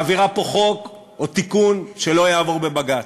מעבירה פה חוק או תיקון שלא יעבור בבג"ץ.